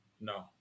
No